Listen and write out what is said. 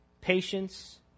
patience